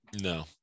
No